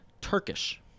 Turkish